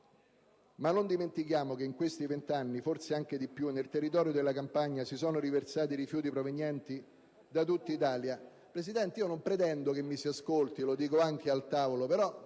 Ma non dimentichiamo che in questi venti anni, forse anche più, nel territorio della Campania si sono riversati rifiuti provenienti da tutta Italia. *(Brusìo).* Presidente, non pretendo che mi si ascolti (lo dico anche a coloro